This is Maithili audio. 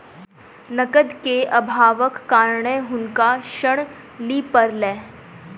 नकद के अभावक कारणेँ हुनका ऋण लिअ पड़लैन